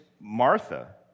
Martha